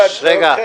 אנחנו לא הכתובת,